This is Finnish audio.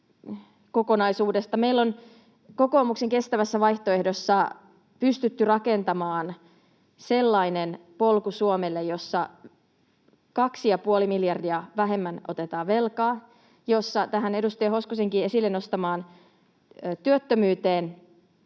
Meillä on kokoomuksen kestävässä vaihtoehdossa pystytty rakentamaan Suomelle sellainen polku, jossa 2,5 miljardia vähemmän otetaan velkaa ja tähän edustaja Hoskosenkin esille nostamaan työttömyyteen